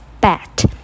Bat